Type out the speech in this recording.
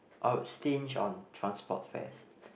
I will stinge on transport fares